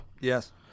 Yes